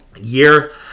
year